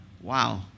Wow